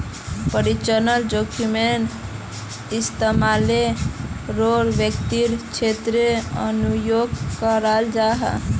परिचालन जोखिमेर इस्तेमाल गैर वित्तिय क्षेत्रेर तनेओ कराल जाहा